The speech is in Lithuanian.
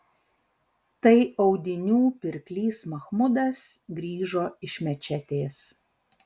tai audinių pirklys machmudas grįžo iš mečetės